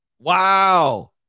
wow